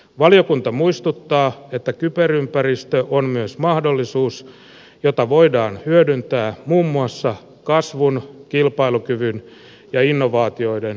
valiokunta muistuttaa että kyberympäristö on myös mahdollisuus jota voidaan hyödyntää muun muassa kasvun kilpailukyvyn ja innovaatioiden tukemiseen